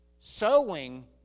sowing